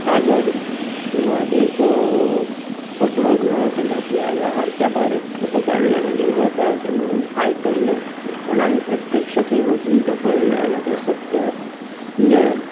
कागद किंवां एक कपडो किंवां अशे घातलें जाल्यार आरच्या पार असो काडल्यार मागीर वता अशें म्हणून आयकल्लें पण आमी प्रत्यक्ष थंय वचून तें पळयलें जाल्यार ते सत्य म्हणजे